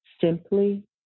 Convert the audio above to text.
simply